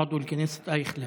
עווד אל-כנסת אייכלר.